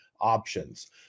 options